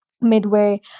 midway